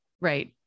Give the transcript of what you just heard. right